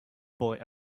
boy